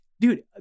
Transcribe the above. dude